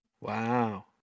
Wow